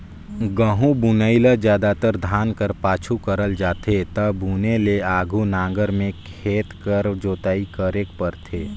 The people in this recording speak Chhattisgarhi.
गहूँ बुनई ल जादातर धान कर पाछू करल जाथे ता बुने ले आघु नांगर में खेत कर जोताई करेक परथे